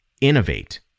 Innovate